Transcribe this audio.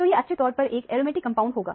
तो यह अच्छे तौर पर एक एरोमेटिक कंपाउंड होगा